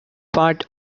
part